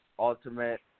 ultimate